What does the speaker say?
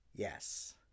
Yes